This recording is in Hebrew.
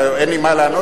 אין לי מה לענות?